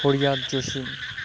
ফরিয়াদ জশুন